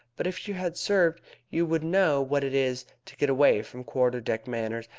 but if you had served you would know what it is to get away from quarter-deck manners,